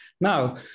Now